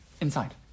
inside